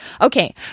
Okay